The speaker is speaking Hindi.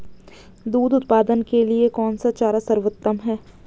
दूध उत्पादन के लिए कौन सा चारा सर्वोत्तम है?